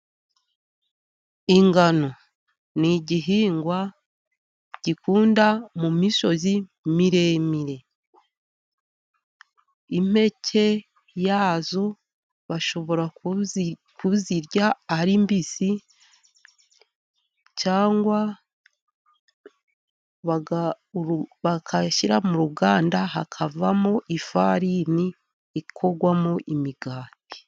Ingano ni igihingwa gikunda mu misozi miremire, impeke zazo bashobora kuzirya ari mbisi, cyangwa bakazishyira mu ruganda hakavamo ifarini ikorwamo imigati.